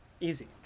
Easy